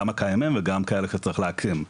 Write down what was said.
גם הקיימים וגם כאלה שצריך להקים.